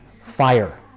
fire